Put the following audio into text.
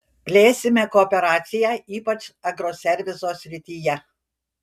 plėsime kooperaciją ypač agroserviso srityje